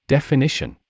Definition